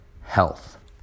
health